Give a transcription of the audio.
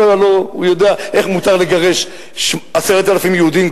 הלוא הוא יודע איך מותר לגרש 10,000 יהודים,